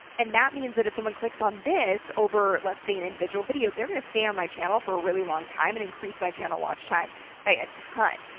and that means that if someone clicks on this over, let's say an individual video, they're going to stay on my channel for a really long time and increase my channel watch time by a ton.